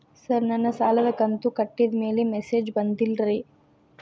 sir ನನ್ನ ಸಾಲದ ಕಂತು ಕಟ್ಟಿದಮೇಲೆ ಮೆಸೇಜ್ ಬಂದಿಲ್ಲ ರೇ